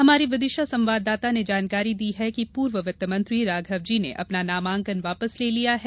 हमारे विदिशा संवाददाता ने जानकारी दी है कि पूर्व वित्तमंत्री राघवजी ने अपना नामांकन वापस ले लिया है